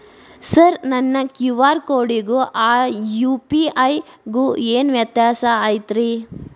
Sir ನನ್ನ QR ಕೊಡಿಗೂ ಆ ಯು.ಪಿ.ಐ ಗೂ ಏನ್ ವ್ಯತ್ಯಾಸ ಐತ್ರಿ?